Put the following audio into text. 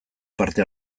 parte